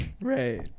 Right